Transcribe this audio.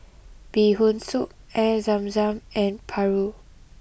Bee Hoon Soup Air Zam Zam and Paru